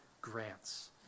grants